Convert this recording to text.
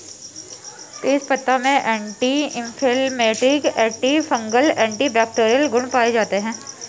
तेजपत्ता में anti inflammatory, antifungal, antibacterial गुण पाये जाते है